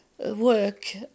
work